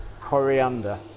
coriander